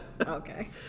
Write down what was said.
Okay